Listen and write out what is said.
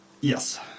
Yes